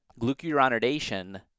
glucuronidation